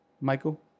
Michael